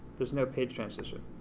there's no page transition.